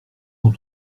sont